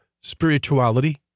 spirituality